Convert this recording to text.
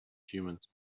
humans